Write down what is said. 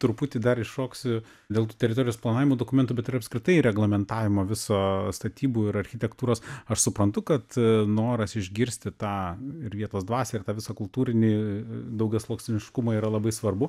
truputį dar iššoksiu dėl tų teritorijos planavimo dokumentų bet ir apskritai reglamentavimo viso statybų ir architektūros aš suprantu kad noras išgirsti tą ir vietos dvasią ir tą visą kultūrinį daugiasluoksniškumą yra labai svarbu